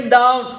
down